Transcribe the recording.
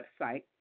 website